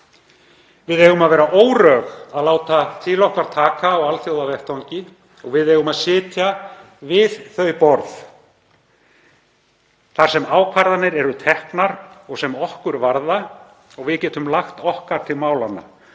Við eigum að vera órög að láta til okkar taka á alþjóðavettvangi og við eigum að sitja við þau borð þar sem ákvarðanir eru teknar og sem okkur varða. Við getum lagt okkar til málanna